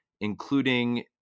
including